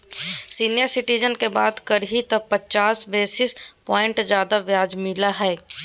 senior citizen के बात करही त पचास बेसिस प्वाइंट ज्यादा ब्याज मिलो हइ